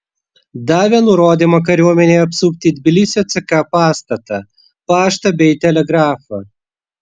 davė nurodymą kariuomenei apsupti tbilisio ck pastatą paštą bei telegrafą